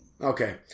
Okay